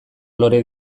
lore